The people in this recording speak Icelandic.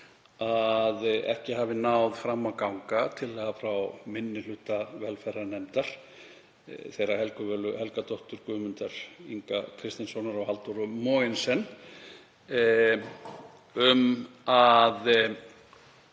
að ekki hafi náð fram að ganga tillaga frá minni hluta velferðarnefndar, þeirra Helgu Völu Helgadóttur, Guðmundar Inga Kristinssonar og Halldóru Mogensen, um að